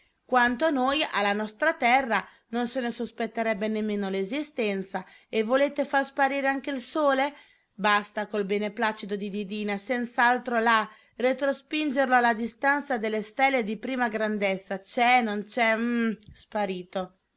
quanto a noi alla nostra terra non se ne sospetterebbe nemmeno l'esistenza e volete far sparire anche il sole basta col beneplacito di didina senz'altro là retrospingerlo alla distanza delle stelle di prima grandezza c'è non c'è uhm sparito